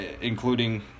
including